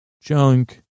junk